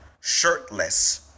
shirtless